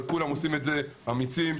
אבל כולם עושים את זה בצורה אמיצה,